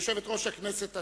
יושבת-ראש הכנסת השבע-עשרה,